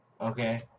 Okay